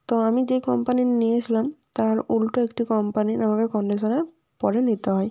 তো আমি যে কোম্পানির নিয়ে গেছিলাম তার উলটো একটি কোম্পানির আমাকে কন্ডিশনার পরে নিতে হয়